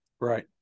right